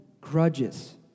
grudges